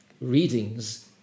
readings